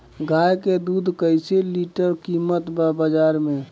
गाय के दूध कइसे लीटर कीमत बा बाज़ार मे?